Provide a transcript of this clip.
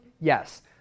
yes